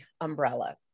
umbrella